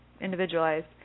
individualized